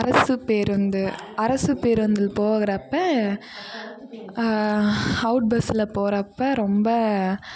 அரசுப்பேருந்து அரசுப்பேருந்தில் போகுறப்போ அவுட் பஸ்ஸில் போறப்போ ரொம்ப